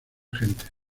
gente